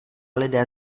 lidé